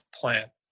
plant